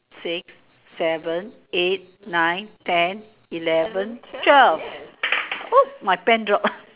six seven eight nine ten eleven twelve my pen drop